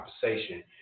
conversation